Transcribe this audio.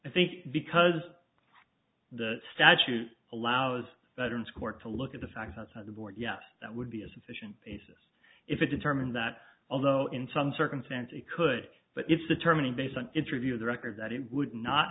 i think because the statute allows veterans court to look at the facts outside the board yes that would be a sufficient basis if it determined that although in some circumstances it could but if determining based on interview of the record that it would not